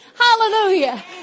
Hallelujah